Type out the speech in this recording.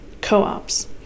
Co-ops